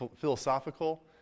philosophical